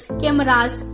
cameras